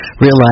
realize